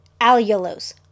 allulose